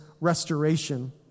restoration